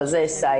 אבל זה בצד.